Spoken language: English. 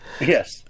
Yes